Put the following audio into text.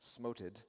smoted